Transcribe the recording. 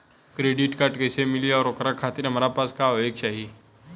Credit card कैसे मिली और ओकरा खातिर हमरा पास का होए के चाहि?